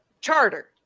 charter